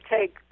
take